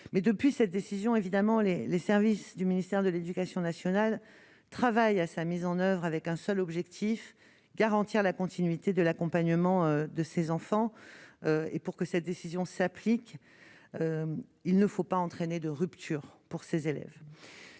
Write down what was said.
mais depuis cette décision évidemment les les services du ministère de l'Éducation nationale travaille à sa mise en oeuvre avec un seul objectif : garantir la continuité de l'accompagnement de ces enfants et pour que cette décision s'applique, il ne faut pas entraîner de rupture pour ces élèves,